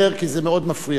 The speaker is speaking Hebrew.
כי זה מאוד מפריע לו.